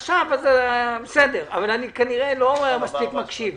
אבל אני כנראה לא מספיק מקשיב.